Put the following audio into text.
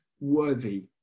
worthy